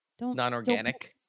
Non-organic